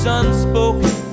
unspoken